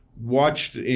watched